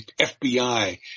FBI